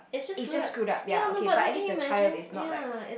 is just screwed up ya okay but at least the child is not like